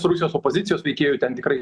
rusijos opozicijos veikėjų ten tikrai